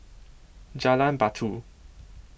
Jalan Batu